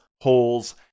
holes